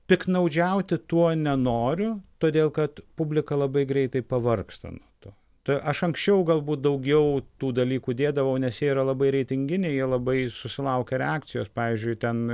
piktnaudžiauti tuo nenoriu todėl kad publika labai greitai pavargsta nuo to tai aš anksčiau galbūt daugiau tų dalykų dėdavau nes jie yra labai reitinginiai jie labai susilaukia reakcijos pavyzdžiui ten